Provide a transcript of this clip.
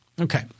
Okay